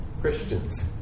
Christians